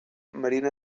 marina